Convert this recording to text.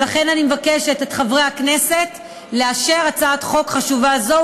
ולכן אני מבקשת מחברי הכנסת לאשר הצעת חוק חשובה זו